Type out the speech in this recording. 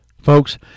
Folks